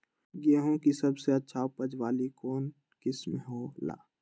गेंहू के सबसे अच्छा उपज वाली कौन किस्म हो ला?